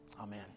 amen